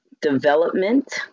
development